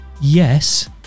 Yes